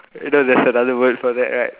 you know there's another word for that right